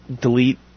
delete